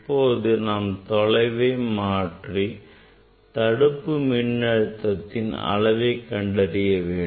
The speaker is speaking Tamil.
இவ்வாறு நாம் தொலைவை மாற்றி தடுப்பு மின்னழுத்தத்தின் அளவை கண்டறியலாம்